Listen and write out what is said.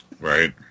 Right